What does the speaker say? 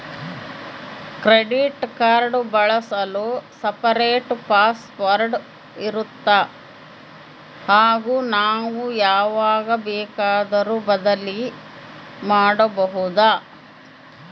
Credit card ಬಳಸಲು separate password ಇರುತ್ತಾ ಹಾಗೂ ನಾವು ಯಾವಾಗ ಬೇಕಾದರೂ ಬದಲಿ ಮಾಡಬಹುದಾ?